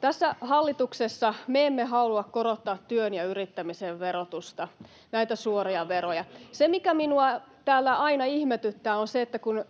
tässä hallituksessa me emme halua korottaa työn ja yrittämisen verotusta, näitä suoria veroja. Se, mikä minua täällä aina ihmetyttää, on se, että kun